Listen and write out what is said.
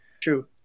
True